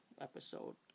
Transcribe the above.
episode